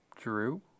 Drew